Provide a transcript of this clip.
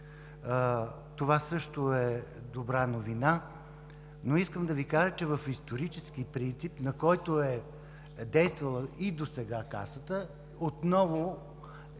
Това също е добра новина, но искам да Ви кажа, че в исторически принцип, на който е действала и досега Касата, отново